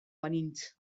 banintz